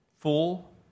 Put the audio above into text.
full